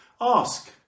Ask